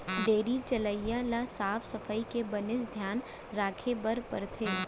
dairy चलवइया ल साफ सफई के बनेच धियान राखे ल परथे